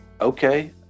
Okay